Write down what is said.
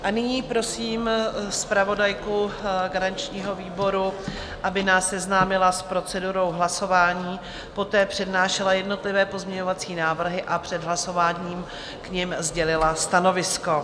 A nyní prosím zpravodajku garančního výboru, aby nás seznámila s procedurou hlasování, poté přednášela jednotlivé pozměňovací návrhy a před hlasováním k nim sdělila stanovisko.